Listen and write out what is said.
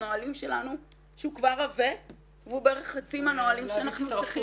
הנהלים שלנו שהוא כבר עבה והוא בערך חצי מהנהלים שאנחנו צריכים.